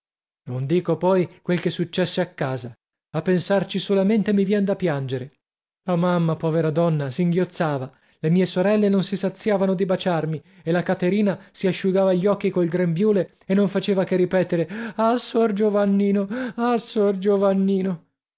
non dico poi quel che successe a casa a pensarci solamente mi vien da piangere la mamma povera donna singhiozzava le mie sorelle non si saziavano di baciarmi e la caterina si asciugava gli occhi col grembiule e non faceva che ripetere ah sor giovannino ah sor giovannino